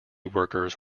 workers